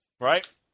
right